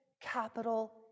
capital